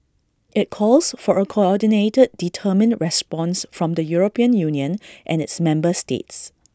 IT calls for A coordinated determined response from the european union and its member states